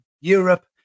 Europe